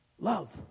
love